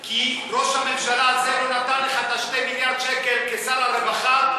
כי ראש הממשלה הזה לא נתן לך את 2 מיליארד השקל כשר הרווחה.